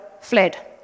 fled